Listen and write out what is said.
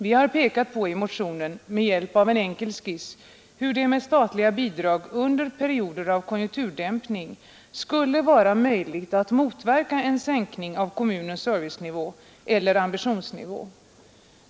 Vi har pekat på i motionen, med hjälp av en enkel skiss, hur det med statliga bidrag under perioder av konjunkturdämpning skulle vara möjligt att motverka en sänkning av kommunens servicenivå eller ambitionsnivå.